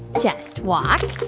just walk,